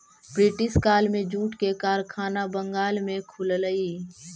British काल में jute के कारखाना बंगाल में खुललई